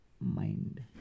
mind